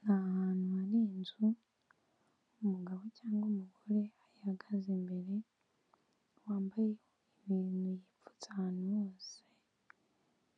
Ni ahantu ari inzu, umugabo cyangwa umugore ahagaze imbere, wambaye ibintu yipfutse ahantu hose,